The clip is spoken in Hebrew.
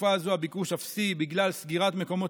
בתקופה הזו הביקוש אפסי בגלל סגירת מקומות